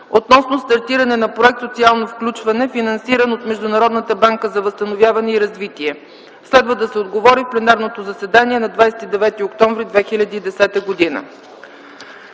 относно стартиране на проект „Социално включване”, финансиран от Международната банка за възстановяване и развитие. Следва да се отговори в пленарното заседание на 29 октомври 2010 г.